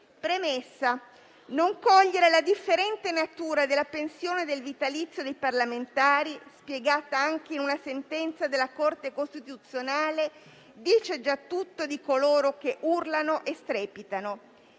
premessa: non cogliere la differente natura della pensione e del vitalizio dei parlamentari - spiegata anche in una sentenza della Corte costituzionale - dice già tutto di coloro che urlano e strepitano.